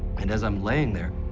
and as i'm laying there,